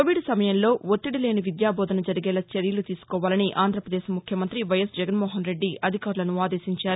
Covid సమయంలో ఒత్తిడిలేని విద్యాబోధన జరిగేలా చర్యలు తీసుకోవాలని ఆంధ్రపదేశ్ ముఖ్యమంత్రి వైఎస్ జగన్నోహన్రెడ్డి అధికారులను ఆదేశించారు